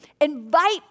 invite